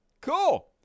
Cool